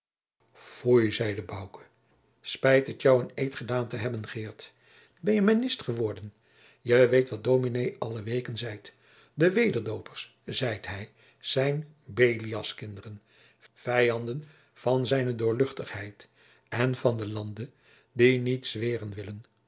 foei zeide bouke spijt het jou een eed gedaan te hebben geert ben je mennist geworden je weet wat dominé alle weeken zeit de wederdoopers zeit hij zijn belialskinderen vijanden van z doorluchtigheid en van den lande die niet zweeren